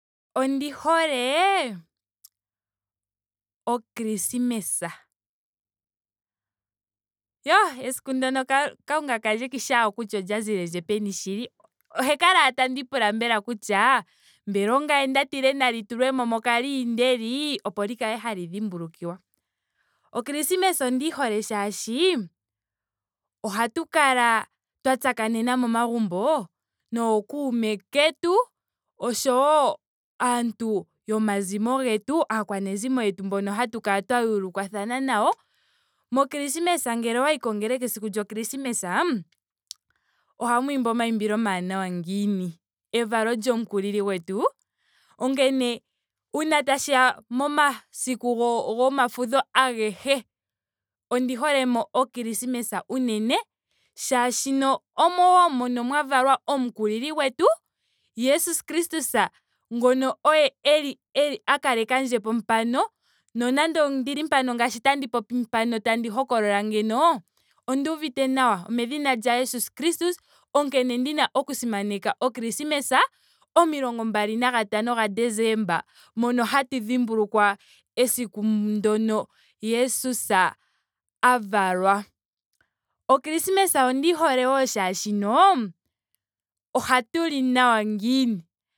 Ondi hole o krismesa. Yoh esiku ndyono ka- kalunga kandje kandishi ashike nando olya zilendje peni shili. Ohandi kala ashike tandiipula kutya ongame nda tile nali tulwemo mokaliindeli opo li kale hali dhimbulukiwa. Okrismsa ondiyi hole molwaashoka ohatu kala twa tsakanena momagumbo nookume ketu. oshowo aantu yomazimo getu. aakwanezimo yetu mboka hatu kala twa yuulukwathana nayo. Mo krismesa ngele owayi kongelekamesiku lyo krismesa. ohamu imbi omayimbilo omawaanawa ngiini. evalo lyomukulili gwetu. onkene uuna tashiya momasiku go- gomafudho agehe ndi holemo o krismesa unene molwaashoka omo wo moka mwa valwa omukulili jesus kristus ngoka oye eli- eli a kalekandje mpano. nonando ondili mpano ngaashi tandi popi mpano tandi hokolola ngeyi onduuvite nawa omedhina lya jesus kristus. onkene ndina oku simaneka o krismas omilongo mbali nagatano ga desemba moka hatu dhimbulukwa esiku moka jesus a valwa. O krismesa ondiyi hole wo molwaashoka ohatu li nawa ngiini.